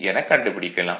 எனக் கண்டுபிடிக்கலாம்